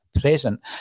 Present